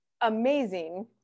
amazing